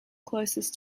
closest